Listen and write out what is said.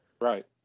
Right